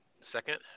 second